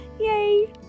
Yay